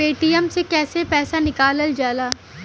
Paytm से कैसे पैसा निकलल जाला?